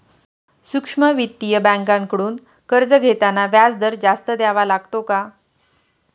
सूक्ष्म वित्तीय बँकांकडून कर्ज घेताना व्याजदर जास्त द्यावा लागतो का?